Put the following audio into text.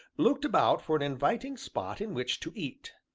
looked about for an inviting spot in which to eat.